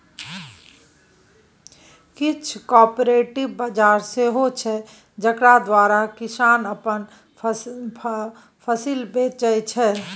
किछ कॉपरेटिव बजार सेहो छै जकरा द्वारा किसान अपन फसिल बेचै छै